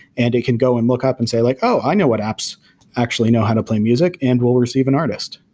and it can go and look up and say like, oh, i know what apps actually know how to play music and will receive an artist.